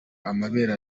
amabere